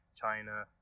China